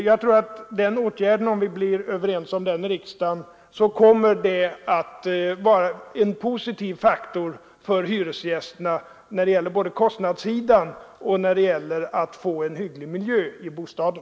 Jag tror att om vi blir överens om detta i riksdagen, så kommer det att vara en positiv faktor för hyresgästerna både när det gäller kostnadssidan och när det gäller att få en hygglig miljö i bostaden.